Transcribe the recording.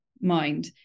mind